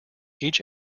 each